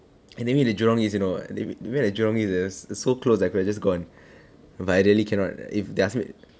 and they meet at jurong east you know they met at jurong east damn is so close could have just gone but I really cannot if they ask me